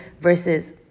Versus